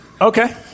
Okay